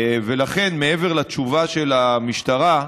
ולכן, מעבר לתשובה של המשטרה,